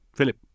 Philip